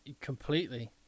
Completely